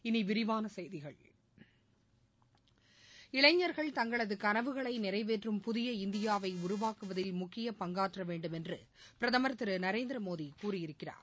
இனி விரிவான செய்திகள் இளைஞர்கள் தங்களது கனவுகளை நிறைவேற்றும் புதிய இந்தியாவை உருவாக்குவதில் முக்கிய பங்காற்ற வேண்டுமென்று பிரதமர் திரு நரேந்திர மோடி கூறியிருக்கிறார்